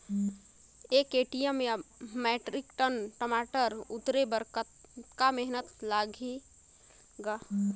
एक एम.टी या metric ton टमाटर उतारे बर कतका मेहनती लगथे ग?